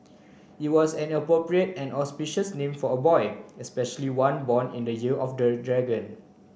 it was an appropriate and auspicious name for a boy especially one born in the year of the dragon